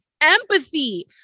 empathy